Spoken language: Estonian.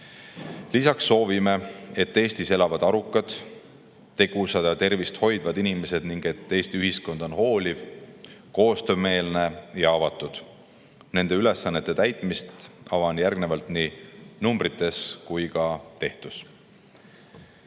Lisaks soovime, et Eestis elaksid arukad, tegusad ja tervist hoidvad inimesed ning Eesti ühiskond oleks hooliv, koostöömeelne ja avatud. Nende ülesannete täitmist avan järgnevalt nii numbrites kui ka